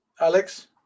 Alex